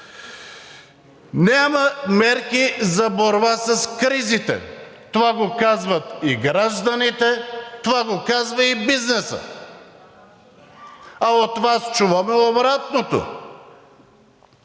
Няма мерки за борба с кризите – това го казват и гражданите, това го казва и бизнесът, а от Вас чуваме обратното.